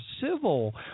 civil